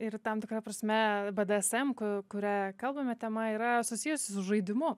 ir tam tikra prasme bdsm ku kuria kalbame tema yra susijusi su žaidimu